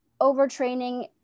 overtraining